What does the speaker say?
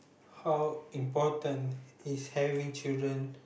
how important is having children